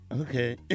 Okay